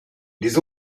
les